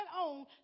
on